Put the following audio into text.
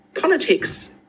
politics